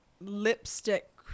lipstick